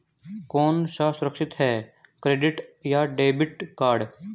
कौन सा सुरक्षित है क्रेडिट या डेबिट कार्ड?